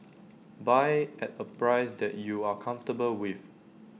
buy at A price that you are comfortable with